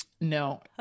no